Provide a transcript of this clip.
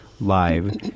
live